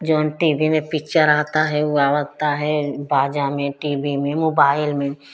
zone T V में picture आता है ऊ आवक्ता है बाजा में टी वी में मोबाइल में